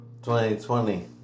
2020